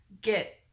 get